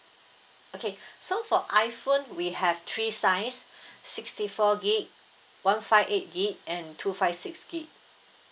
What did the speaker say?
okay so for iphone we have three size sixty four gig one five eight gig and two five six gig